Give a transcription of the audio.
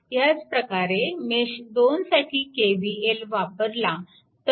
ह्याचप्रकारे mesh 2 साठी KVL वापरला तर